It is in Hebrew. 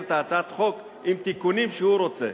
את הצעת החוק עם תיקונים שהוא רוצה.